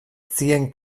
zien